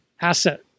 asset